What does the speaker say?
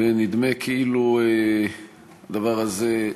ונדמה כאילו הדבר הזה,